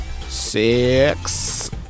Six